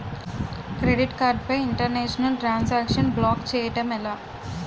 Credit card పై international transaction block చేయటం ఎలా?